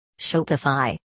Shopify